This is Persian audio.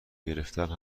گرفتن